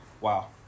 Wow